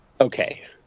Okay